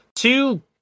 Two